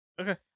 Okay